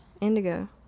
Indigo